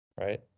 Right